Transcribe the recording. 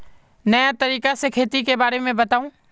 नया तरीका से खेती के बारे में बताऊं?